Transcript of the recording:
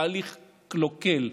תהליך קלוקל,